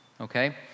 okay